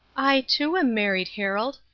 i, too, am married, harold,